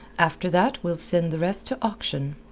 after that we'll send the rest to auction.